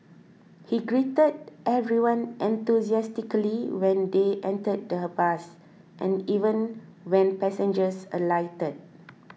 he greeted everyone enthusiastically when they entered the bus and even when passengers alighted